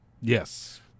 Yes